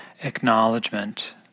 acknowledgement